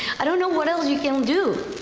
i don't know what else you can do,